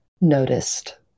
noticed